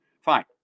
fine